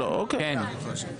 כאלה.